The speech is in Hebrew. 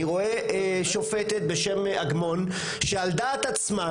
אני רואה שופטת בשם אגמון שעל דעת עצמה